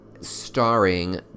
starring